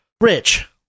Rich